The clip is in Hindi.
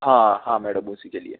हां हां मैडम उसी के लिए